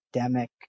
Academic